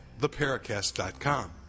theparacast.com